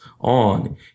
on